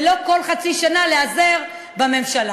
ולא כל חצי שנה להיעזר בממשלה.